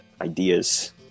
ideas